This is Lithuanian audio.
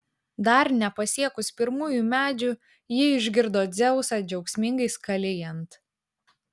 dar nepasiekus pirmųjų medžių ji išgirdo dzeusą džiaugsmingai skalijant